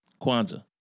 Kwanzaa